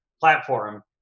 platform